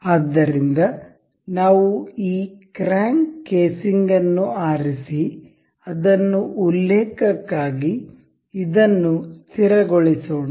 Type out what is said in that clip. ಆದ್ದರಿಂದ ನಾವು ಈ ಕ್ರ್ಯಾಂಕ್ ಕೇಸಿಂಗ್ ಅನ್ನು ಆರಿಸಿ ಅದನ್ನು ಉಲ್ಲೇಖಕ್ಕಾಗಿ ಇದನ್ನು ಸ್ಥಿರಗೊಳಿಸೋಣ